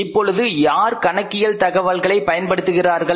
இப்பொழுது யார் கணக்கியல் தகவல்களை பயன்படுத்துகின்றார்கள்